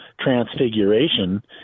Transfiguration